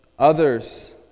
Others